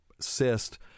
cyst